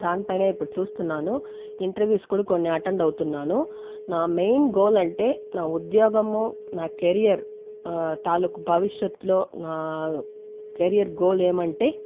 దానిపైనే ఇప్పుడు చూస్తున్నాను ఇంటర్వూస్ కూడా కొన్ని అటెండ్ అవుతున్నాను నా మెయిన్ గోల్ అంటే నా ఉద్యోగము నా కెరియర్ తాలుకు భవిష్యత్తులో నా కెరీర్ గోల్ ఏమంటే